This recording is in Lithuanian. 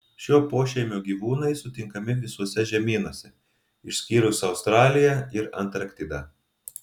šio pošeimio gyvūnai sutinkami visuose žemynuose išskyrus australiją ir antarktidą